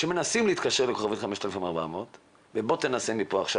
כשמנסים להתקשר ל-5400* ובוא תנסה מפה עכשיו,